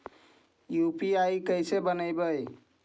UPI कैसे बनइबै?